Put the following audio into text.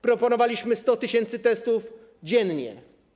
Proponowaliśmy 100 tys. testów dziennie.